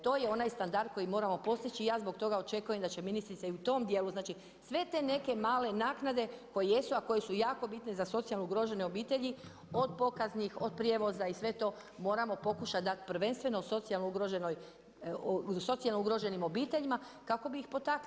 To je onaj standard koji moramo postići i ja zbog toga očekujem da će ministrica i u tom dijelu znači sve te neke male naknade koje jesu, a koje su jako bitne za socijalno ugrožene obitelji od pokaznih, od prijevoza i sve to moramo pokušati dat prvenstveno socijalno ugroženim obiteljima kako bi ih potakle.